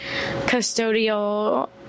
custodial